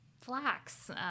Flax